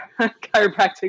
chiropractic